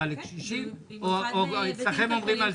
היה לנו תכנון לקנות הרבה יותר דירות השנה ולא הצלחנו כי המחירים עלו.